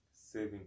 saving